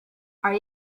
are